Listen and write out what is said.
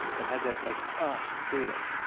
it has that like, ah feeling.